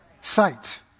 Sight